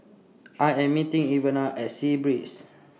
I Am meeting Ivana At Sea Breeze